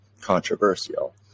controversial